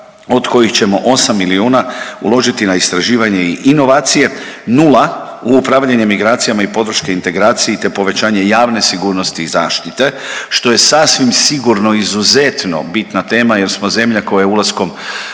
od kojih ćemo 8 milijuna uložiti na istraživanje i inovacije, nula u upravljanje migracijama i podrške integraciji, te povećanje javne sigurnosti i zaštite, što je sasvim sigurno izuzetno bitna tema jer smo zemlja koja je ulaskom